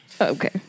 okay